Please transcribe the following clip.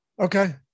okay